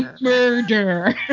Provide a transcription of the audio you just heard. murder